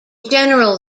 general